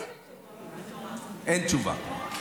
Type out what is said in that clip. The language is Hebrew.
אין תשובה.